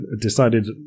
decided